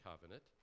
covenant